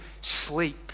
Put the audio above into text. sleep